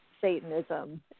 Satanism